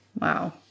Wow